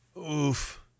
Oof